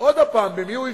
עוד הפעם, במי זה יפגע?